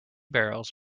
barrels